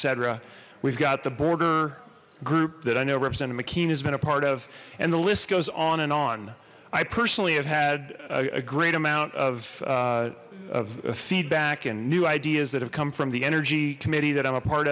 c we've got the boarder group that i know represented mckean has been a part of and the list goes on and on i personally have had a great amount of feedback and new ideas that have come from the energy committee that i'm a part